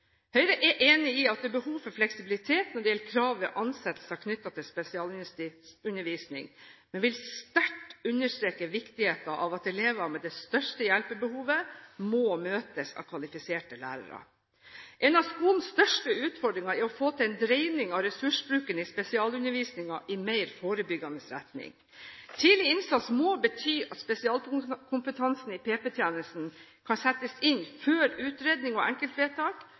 Høyre er enig i at det er behov for fleksibilitet når det gjelder krav ved ansettelser knyttet til spesialundervisning, men vil sterkt understreke viktigheten av at elever med det største hjelpebehovet, må møtes av kvalifiserte lærere. En av skolens største utfordringer er å få til en dreining av ressursbruken i spesialundervisningen i mer forebyggende retning. Tidlig innsats må bety at spesialkompetansen i PP-tjenesten kan settes inn før utredning og enkeltvedtak,